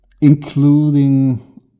including